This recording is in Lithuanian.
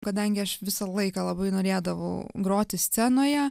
kadangi aš visą laiką labai norėdavau groti scenoje